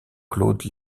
claude